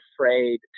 afraid